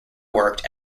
worked